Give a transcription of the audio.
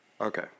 Okay